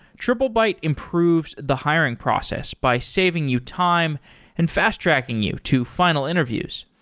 triplebyte improves the hiring process by saving you time and fast-tracking you to final interviews.